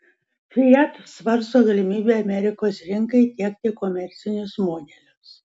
fiat svarsto galimybę amerikos rinkai tiekti komercinius modelius